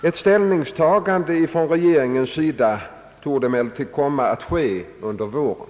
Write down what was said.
Ett ställningstagande från regeringens sida torde komma att ske under våren.